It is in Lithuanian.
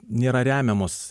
nėra remiamos